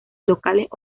locales